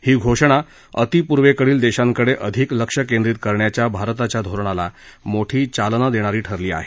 ही घोषणा अतिपूर्वेकडील देशांकडे अधिक लक्ष केंद्रित करण्याच्या भारताच्या धोरणाला मोठी चालना देणारी ठरली आहे